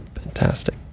fantastic